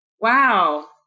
Wow